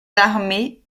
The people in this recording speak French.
armées